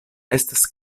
estas